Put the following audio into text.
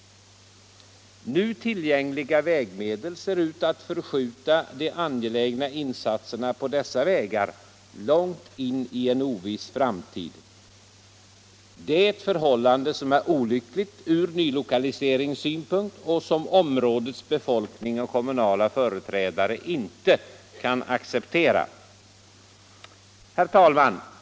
Nu tillgängliga vägmedel ser ut att förskjuta de angelägna insatserna på dessa vägar långt in i en oviss framtid. Det är ett förhållande som är olyckligt ur nylokaliseringssynpunkt och som områdets befolkning och kommunala företrädare inte kan acceptera. Herr talman!